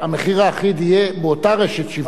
המחיר האחיד יהיה באותה רשת שיווק.